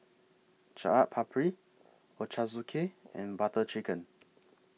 Chaat Papri Ochazuke and Butter Chicken